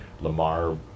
lamar